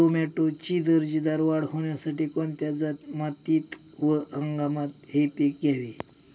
टोमॅटोची दर्जेदार वाढ होण्यासाठी कोणत्या मातीत व हंगामात हे पीक घ्यावे?